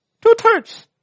Two-thirds